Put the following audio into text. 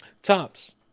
tops